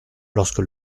lorsque